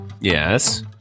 Yes